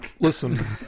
Listen